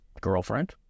girlfriend